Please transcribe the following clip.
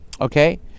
Okay